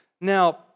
Now